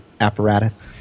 apparatus